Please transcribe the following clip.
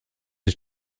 ich